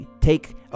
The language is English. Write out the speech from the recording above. take